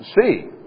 see